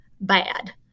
bad